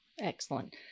Excellent